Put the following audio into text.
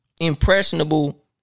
impressionable